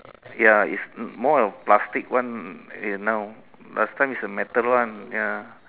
ya it's more of plastic one now last time is the metal one ya